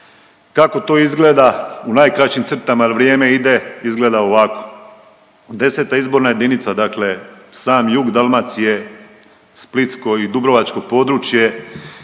Kako to izgleda u najkraćim crtama jer vrijeme ide, izgleda ovako. 10. izborna jedinica, dakle sam jug Dalmacije splitsko i dubrovačko područje